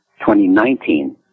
2019